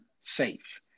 safe